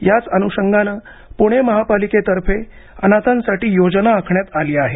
याच अनुषंगाने पुणे महापालिकेतर्फेअनाथांसाठी योजना आखण्यात आली आहे